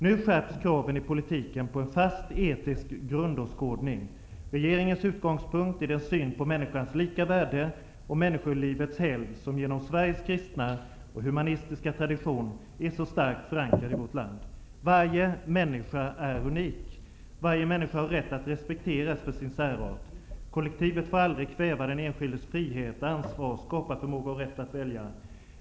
Nu skärps kraven i politiken på en fast etisk grundåskådning. Regeringens utgångspunkt är den syn på människans lika värde och människolivets helgd som genom Sveriges kristna och humanistiska tradition är så starkt förankrad i vårt land. Varje människa är unik. Varje människa har rätt att respekteras för sin särart. Kollektivet får aldrig kväva den enskildes frihet, ansvar, skaparförmåga och rätt att välja.